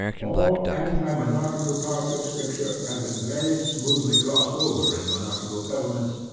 all anti-monarchical parts of scripture have been very smoothly glossed over in monarchical governments,